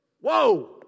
whoa